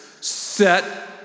set